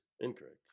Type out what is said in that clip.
Incorrect